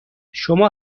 شما